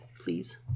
please